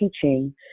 teaching